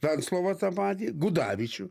venclovą tą patį gudavičių